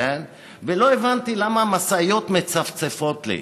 ולא הבנתי למה משאיות מצפצפות לי.